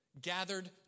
gathered